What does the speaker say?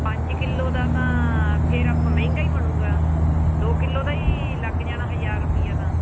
ਪੰਜ ਕਿਲੋ ਦਾ ਤਾਂ ਫਿਰ ਆਪਾਂ ਮਹਿੰਗਾ ਹੀ ਬਣੂਗਾ ਦੋ ਕਿਲੋ ਦਾ ਹੀ ਲੱਗ ਜਾਣਾ ਹਜ਼ਾਰ ਰੁਪਇਆ ਤਾਂ